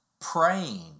praying